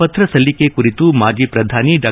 ಪತ್ರ ಸಲ್ಲಿಕೆ ಕುರಿತು ಮಾಜಿ ಪ್ರಧಾನಿ ಡಾ